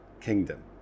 kingdom